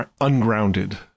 ungrounded